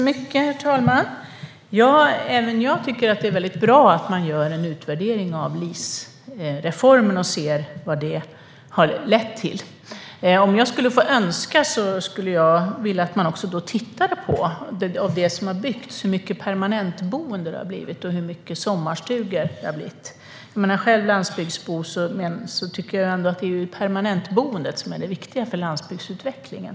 Herr talman! Även jag tycker att det är väldigt bra att man gör en utvärdering av LIS-reformen och ser vad den har lett till. Om jag fick önska skulle jag vilja att man tittar på hur mycket permanentboende och hur mycket sommarstugor det har blivit av det som har byggts. Jag är själv landsbygdsbo och tycker att det är permanentboendet som är det viktiga för landsbygdsutvecklingen.